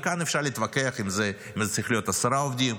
וכאן אפשר להתווכח אם זה צריך להיות עשרה עובדים,